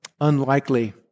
unlikely